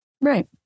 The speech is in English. Right